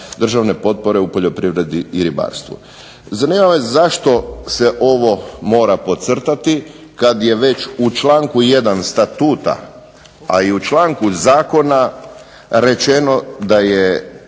državne potpore u poljoprivredi i ribarstvu. Zanima me zašto se ovo mora podcrtati kada je već u članku 1. Statuta a i u članku Zakona rečeno da je